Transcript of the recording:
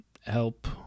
help